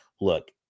look